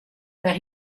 that